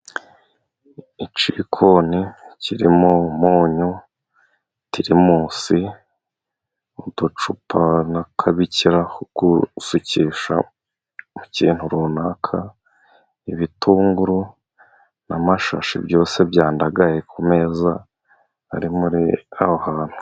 Igikoni kirimo umunyu, teremusi uducupa n'akabikira ko gusukisha mu kintu runaka, ibitunguru, n'amashashi. Byose byandagaye ku meza ari aho hantu.